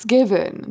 Given